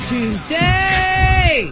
Tuesday